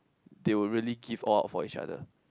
they will really give all out for each other